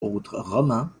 romans